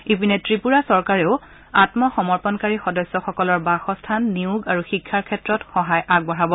ইপিনে ত্ৰিপুৰা চৰকাৰেও আম্মসমৰ্পনকাৰী সদস্যসকলৰ বাসস্থান নিয়োগ আৰু শিক্ষাৰ ক্ষেত্ৰত সহায় আগবঢ়াব